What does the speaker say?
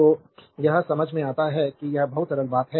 तो यह समझ में आता है कि यह बहुत सरल बात है है